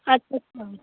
ਅੱਛਾ ਅੱਛਾ